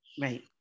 Right